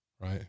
right